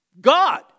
God